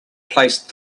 placed